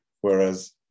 Whereas